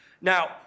Now